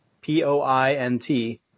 P-O-I-N-T